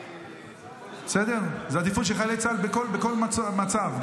זו עדיפות של חיילי צה"ל בכל מצב,